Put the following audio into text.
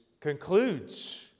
concludes